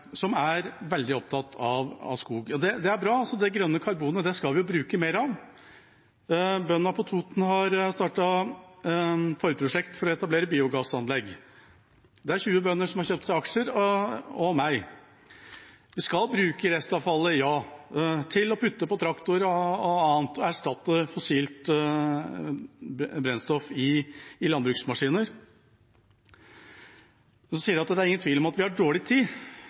som er veldig opptatt av skog: Det er bra, det grønne karbonet skal vi bruke mer av. Bøndene på Toten har startet et forprosjekt for å etablere biogassanlegg. 20 bønder og jeg har kjøpt aksjer. Vi skal bruke restavfallet – ja, i traktorer og annet – og erstatte fossilt brennstoff i landbruksmaskiner. Så sies det at det er ingen tvil om at vi har dårlig tid,